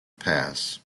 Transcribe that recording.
pass